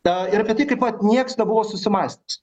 tą ir kad iki pat nieks nebuvo susimąstęs